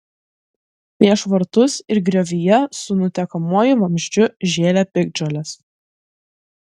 prieš vartus ir griovyje su nutekamuoju vamzdžiu žėlė piktžolės